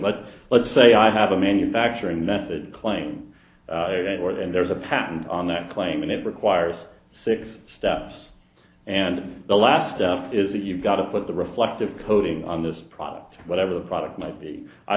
but let's say i have a manufacturing method claim or and there's a patent on that claim and it requires six steps and the last is that you've got to put the reflective coating on this product whatever the product might be i